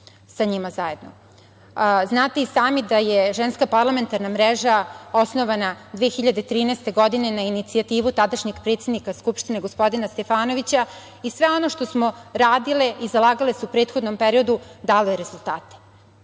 i sami da je Ženska parlamentarna mreža osnovana 2013. godine, na inicijativu tadašnjeg predsednika Skupštine gospodina Stefanovića i sve ono što smo radile i zalagale se u prethodnom periodu dalo je rezultate.